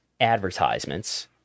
advertisements